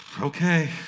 okay